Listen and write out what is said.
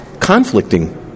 conflicting